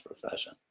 profession